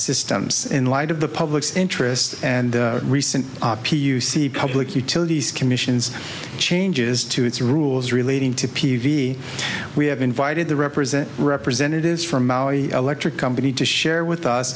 systems in light of the public's interest and recent p u c public utilities commission changes to its rules relating to p v we have invited the represent representatives from maui electric company to share with us